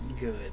good